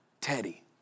Teddy